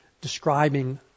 describing